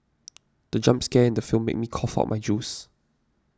the jump scare in the film made me cough out my juice